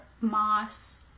moss